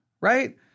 right